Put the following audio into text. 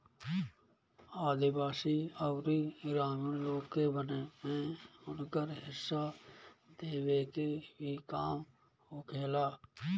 आदिवासी अउरी ग्रामीण लोग के वन में उनकर हिस्सा देवे के भी काम होखेला